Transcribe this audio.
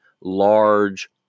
large